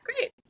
Great